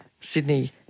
Sydney